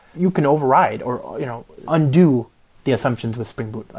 you can override or you know undo the assumptions with spring boot.